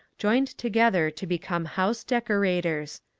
joined together to become house decorators.